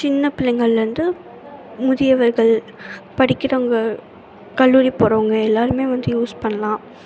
சின்ன பிள்ளைகள்ல இருந்து முதியவர்கள் படிக்கிறவங்க கல்லூரி போறவங்க எல்லோருமே வந்து யூஸ் பண்ணலாம்